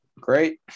Great